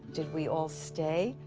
did we all stay?